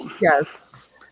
yes